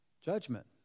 judgment